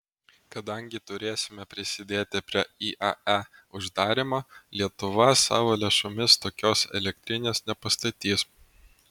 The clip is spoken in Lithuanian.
kadangi turėsime prisidėti prie iae uždarymo lietuva savo lėšomis tokios elektrinės nepastatys